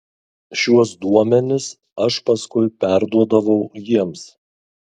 šiuos duomenis aš paskui perduodavau jiems